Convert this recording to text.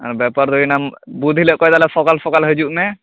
ᱟᱨ ᱵᱮᱯᱟᱨ ᱫᱚ ᱦᱩᱭᱮᱱᱟ ᱵᱷᱩᱫ ᱦᱤᱞᱳᱜ ᱠᱷᱚᱡ ᱫᱚ ᱥᱚᱠᱟᱞ ᱥᱚᱠᱟᱞ ᱦᱟᱹᱡᱩᱜ ᱢᱮ